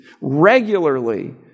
regularly